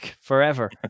forever